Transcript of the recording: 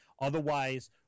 Otherwise